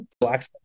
black